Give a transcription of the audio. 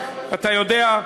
אתה יודע,